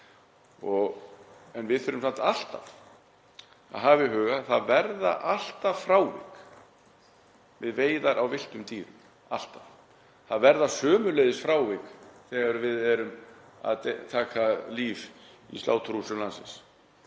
En við þurfum samt alltaf að hafa í huga að það verða alltaf frávik við veiðar á villtum dýrum. Það verða sömuleiðis frávik þegar við erum að taka líf í sláturhúsum landsins